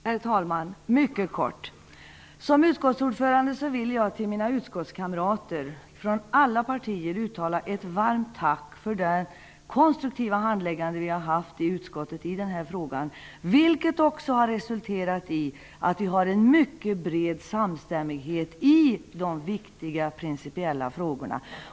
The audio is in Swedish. Herr talman! Jag skall fatta mig mycket kort. Som utskottsordförande vill jag till mina utskottskamrater från alla partier rikta ett varmt tack för den konstruktiva handläggningen i utskottet i den här frågan. Detta har resulterat i en mycket bred samstämmighet i de viktiga principiella frågorna.